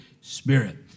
Spirit